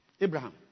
Abraham